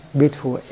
beautiful